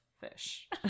fish